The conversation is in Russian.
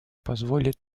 позволит